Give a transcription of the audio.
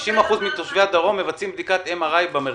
50% מתושבי הדרום מבצעים בדיקת MRI במרכז.